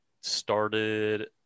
started